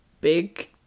big